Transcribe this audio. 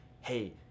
hey